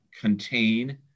contain